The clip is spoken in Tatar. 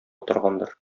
торгандыр